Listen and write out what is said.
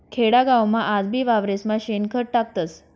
खेडागावमा आजबी वावरेस्मा शेणखत टाकतस